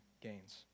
gains